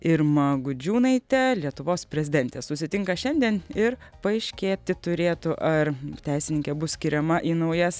irma gudžiūnaite lietuvos prezidentė susitinka šiandien ir paaiškėti turėtų ar teisininkė bus skiriama į naujas